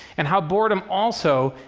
and how boredom also,